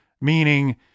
meaning